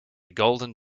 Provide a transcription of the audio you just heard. golden